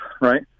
right